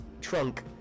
trunk